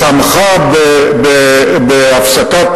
תמכה בהפסקת